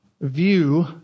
view